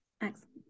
excellent